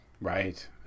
right